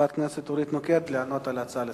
חברת הכנסת אורית נוקד, לענות על ההצעה לסדר-היום.